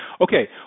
Okay